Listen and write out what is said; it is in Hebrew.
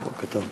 בבקשה, אדוני.